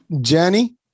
Jenny